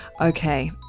okay